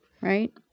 right